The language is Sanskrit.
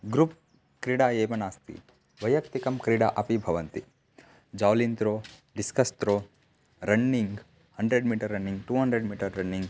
ग्रुप् क्रीडा एव नास्ति वैयक्तिक क्रीडा अपि भवन्ति javelin throw discus throw running hundred metre running two hundred metre running